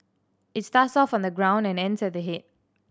it starts off on the ground and ends at the head